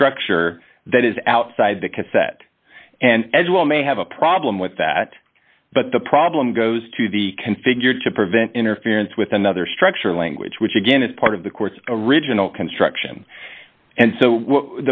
structure that is outside the cassette and as well may have a problem with that but the problem goes to the configure to prevent interference with another structure language which again is part of the course original construction and so